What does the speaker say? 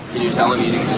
you tell i'm eating